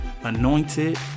anointed